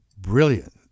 brilliant